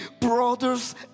brothers